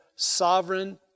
Sovereign